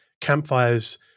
Campfire's